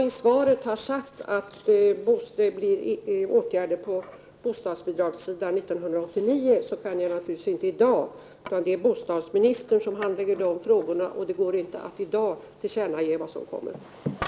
I svaret har jag sagt att det kommer att vidtas åtgärder på bostadsbidragssidan under 1989. Men för den skull kan jag naturligtvis inte i dag — det är ju bostadsministern som handlägger sådana här frågor — tillkännage vad som kommer att ske.